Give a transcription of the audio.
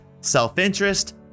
self-interest